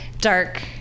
dark